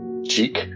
cheek